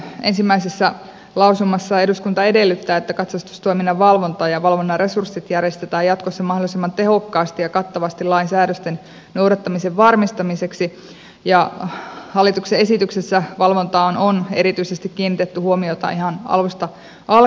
ensimmäisessä lausumassa eduskunta edellyttää että katsastustoiminnan valvonta ja valvonnan resurssit järjestetään jatkossa mahdollisimman tehokkaasti ja kattavasti lain säädösten noudattamisen varmistamiseksi ja hallituksen esityksessä valvontaan on erityisesti kiinnitetty huomiota ihan alusta alkaen